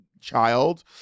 child